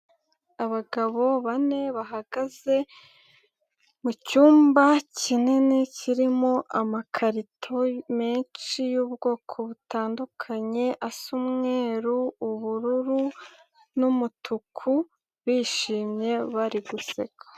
Abagabo bane bahagaze mu cyumba kinini kirimo amakarito menshi y'ubwoko butandukanye, asa: umweru, ubururu n'umutuku. Bishimye bari guseka.